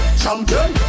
champion